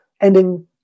ending